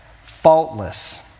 faultless